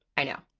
i know.